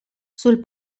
sul